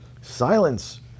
Silence